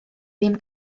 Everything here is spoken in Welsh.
ddim